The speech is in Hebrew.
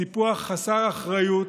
סיפוח חסר אחריות,